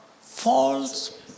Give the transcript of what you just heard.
false